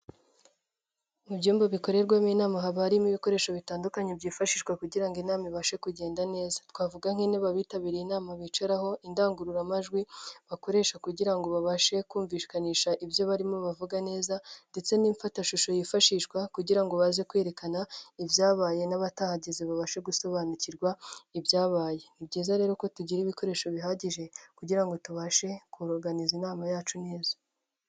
Mu byumba bikorerwamo inama haba harimo ibikoresho bitandukanye byifashishwa kugira ngo inama ibashe kugenda neza. Twavuga nk'intebe abitabiriye inama bicaraho, indangururamajwi bakoresha kugira ngo babashe kumvikanisha ibyo barimo bavuga neza ndetse n'imfatashusho yifashishwa kugira ngo baze kwerekana ibyabaye n'abatahageze babashe gusobanukirwa ibyabaye. Ni byiza rero ko tugira ibikoresho bihagije kugira ngo tubashe koroganiza inama yacu neza.